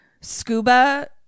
Scuba